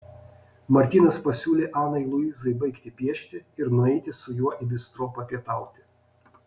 martynas pasiūlė anai luizai baigti piešti ir nueiti su juo į bistro papietauti